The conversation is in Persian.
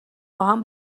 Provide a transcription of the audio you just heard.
باهم